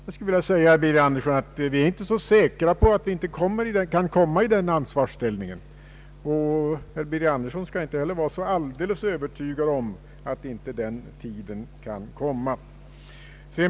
Jag vill dock framhålla för herr Andersson att vi inte är så säkra på att vi inte kan komma i den ansvarsställningen. Herr Birger Andersson skall inte heller vara så alldeles övertygad om att inte den tiden kan komma.